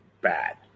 bad